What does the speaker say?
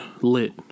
lit